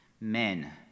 men